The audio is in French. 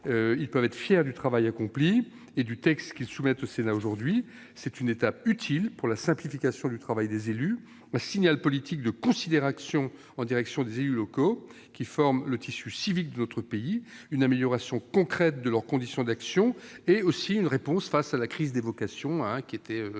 Ils peuvent être fiers du travail accompli et du texte qu'ils soumettent au Sénat aujourd'hui. C'est une étape utile pour la simplification du travail des élus, un signal politique de considération en direction des élus locaux, qui forment le tissu civique de notre pays, et une amélioration concrète de leurs conditions d'action. C'est aussi une réponse à la crise des vocations, qui est devenue